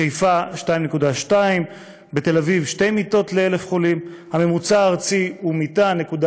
בחיפה, 2.2, ובתל-אביב, 2 מיטות